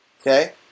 Okay